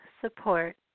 support